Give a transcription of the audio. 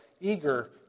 eager